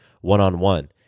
one-on-one